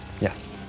Yes